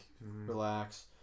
relax